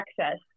access